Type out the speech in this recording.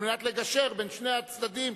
על מנת לגשר בין שני הצדדים,